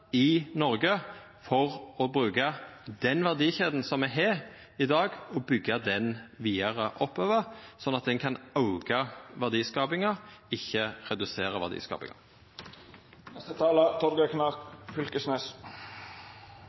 i Noreg, for å bruka den verdikjeda me har i dag, og byggja ho vidare oppover – slik at ein kan auka verdiskapinga, ikkje redusera